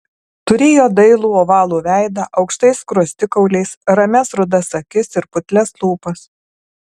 turėjo dailų ovalų veidą aukštais skruostikauliais ramias rudas akis ir putlias lūpas